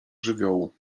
żywiołu